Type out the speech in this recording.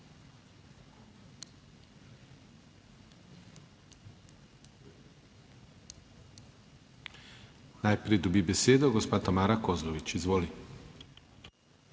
Najprej dobi besedo gospa Tamara Kozlovič. Izvoli.